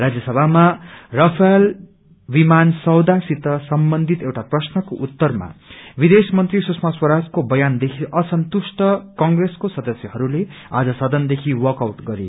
राजय सभामा राफाल विमान सौदा सित सम्बन्धित एउटा प्रश्नको उत्तरमा विदेश मंत्री सुषमा स्वराजाके बयानदेखि असंतुष्ट कंग्रेसको सदस्यहरूले आज सदनदेखि वाँकआउट गरे